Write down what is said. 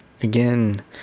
again